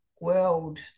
world